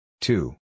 Two